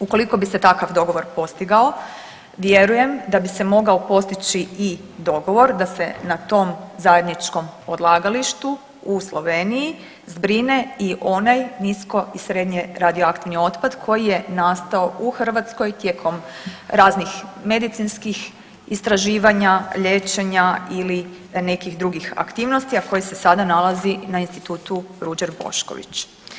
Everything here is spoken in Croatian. Ukoliko bi se takav dogovor postigao vjerujem da bi se mogao postići i dogovor da se na tom zajedničkom odlagalištu u Sloveniji zbrine i onaj nisko i srednje radioaktivni otpad koji je nastao u Hrvatskoj tijekom raznih medicinskih istraživanja, liječenja ili nekih drugih aktivnosti a koji se sada nalazi na Institutu Ruđer Bošković.